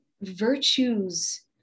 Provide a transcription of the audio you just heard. virtues